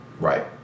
right